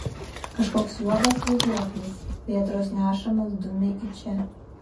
kažkoks juodas vaiduoklis vėtros nešamas dumia į čia